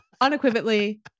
unequivocally